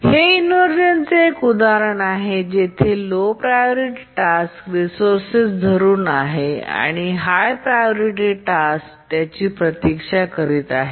हे इन्व्हरझेनचे एक उदाहरण आहे जेथे लो प्रायोरिटी टास्क रिसोर्सस धरून आहे आणि हाय प्रायोरिटी टास्क त्याची प्रतीक्षा करीत आहे